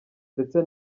ndetse